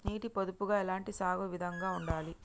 నీటి పొదుపుగా ఎలాంటి సాగు విధంగా ఉండాలి?